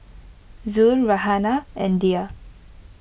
Zul Raihana and Dhia